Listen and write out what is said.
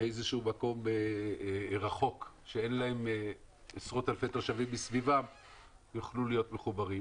באיזשהו מקום רחוק יוכל להיות מחובר.